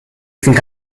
think